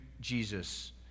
Jesus